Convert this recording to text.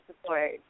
support